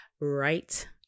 right